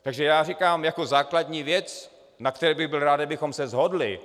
Takže já říkám jako základní věc, na které bych byl rád, kdybychom se shodli.